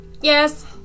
Yes